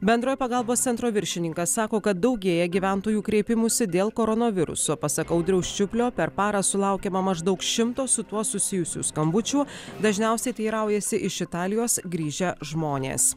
bendrojo pagalbos centro viršininkas sako kad daugėja gyventojų kreipimųsi dėl koronaviruso pasak audriaus čiuplio per parą sulaukiama maždaug šimto su tuo susijusių skambučių dažniausiai teiraujasi iš italijos grįžę žmonės